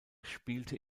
spielte